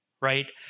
right